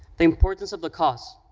the importance of the cause